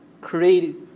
Created